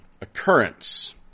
occurrence